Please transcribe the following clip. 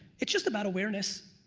it's just about awareness.